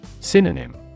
Synonym